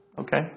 Okay